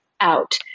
out